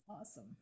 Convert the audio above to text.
awesome